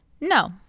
No